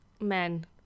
Men